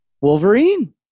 Wolverine